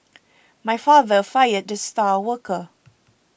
my father fired the star worker